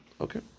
Okay